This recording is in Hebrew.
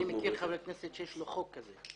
אני מכיר חבר כנסת שיש לו חוק כזה.